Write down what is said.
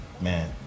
man